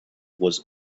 was